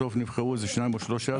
בסוף נבחרו איזה שניים או שלושה.